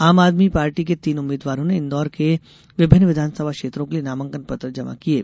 आम आदमी पार्टी के तीन उम्मीद्वारों ने इन्दौर के विभिन्न विधानसभा क्षेत्रों के लिए नामांकन पत्र जमा किये